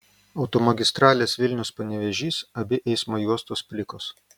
automagistralės vilnius panevėžys abi eismo juostos plikos